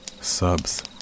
subs